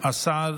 השר